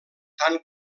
tant